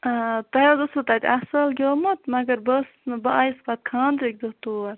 آ تۄہہِ حظ اوسُو تَتہِ اصٕل گیومُت مَگر بہٕ ٲسٕس نہٕ بہٕ آیَس پَتہٕ خاندرٕکۍ دۄہ تور